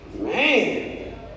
Man